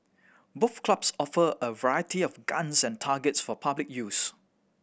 both clubs offer a variety of guns and targets for public use